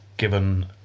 Given